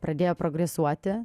pradėjo progresuoti